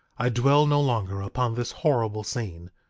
i dwell no longer upon this horrible scene.